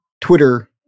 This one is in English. Twitter